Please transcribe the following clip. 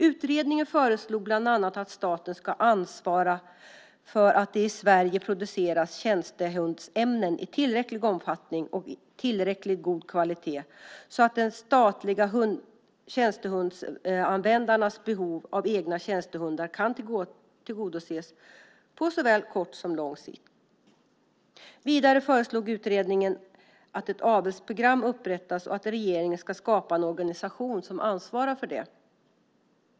Utredningen föreslog bland annat att staten ska ansvara för att det i Sverige produceras tjänstehundsämnen i tillräcklig omfattning och av tillräckligt god kvalitet så att de statliga tjänstehundsanvändarnas behov av egna tjänstehundar kan tillgodoses på såväl kort som lång sikt. Vidare föreslog utredningen att ett avelsprogram upprättas och att regeringen ska skapa en organisation som ansvarar för det.